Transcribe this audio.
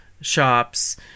shops